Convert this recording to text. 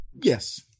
Yes